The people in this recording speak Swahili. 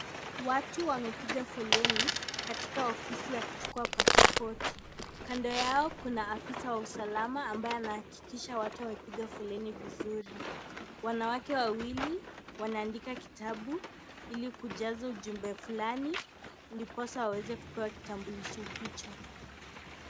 Watu wamepiga foleni katika ofisi ya kuchukua paspoti. Kando yao kuna afisa wa usalama ambaye anahakikisha watu wamepiga foleni vizuri. Wanawake wawili, wanaandika kitabu ili kujaza ujumbe fulani, ndiposa waweze kupewa kitambulisho hicho.